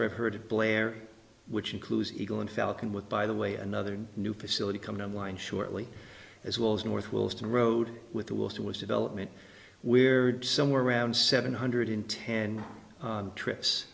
reheard blair which includes ego and falcon with by the way another new facility coming online shortly as well as north wills to road with the water was development weird somewhere around seven hundred in ten trips